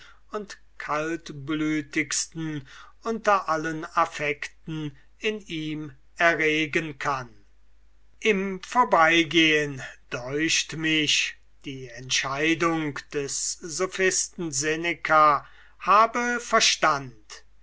und kaltblütigsten unter allen affecten in ihm erregen kann im vorbeigehen deucht mich die entscheidung des sophisten seneca habe verstand